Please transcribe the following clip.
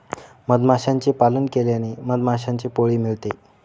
मधमाशांचे पालन केल्याने मधमाशांचे पोळे मिळते